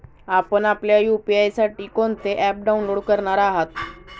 आपण आपल्या यू.पी.आय साठी कोणते ॲप डाउनलोड करणार आहात?